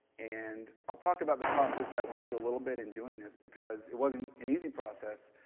and i'll talk about the process that i went through a little bit in doing this, because it wasn't an easy process.